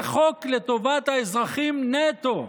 זה חוק לטובת האזרחים נטו.